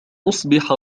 أصبح